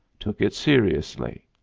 took it seriously.